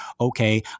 okay